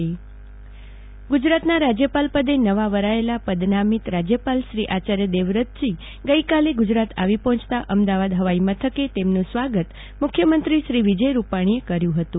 જાગૃતિ વકીલ ગુજરાત રાજ્યપાલ ગુજરાતના રાજ્યપાલ પદે નવા વરાયેલા પદનામિત રાજ્યપાલ શ્રી આચાર્ય દેવવ્રતજી ગુજરાત આવી પહોંચતા અમદાવાદ હવાઈ મથકે તેમનું સ્વાગત મુખ્યમંત્રી શ્રી વિજય રૂપાજીએ કર્યું હતું